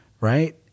right